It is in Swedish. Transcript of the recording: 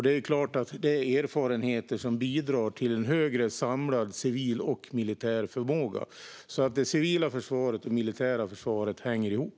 Det är klart att det är erfarenheter som bidrar till en högre samlad civil och militär förmåga. Det civila försvaret och det militära försvaret hänger ihop.